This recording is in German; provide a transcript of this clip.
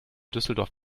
düsseldorf